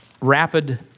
rapid